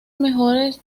mejores